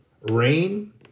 rain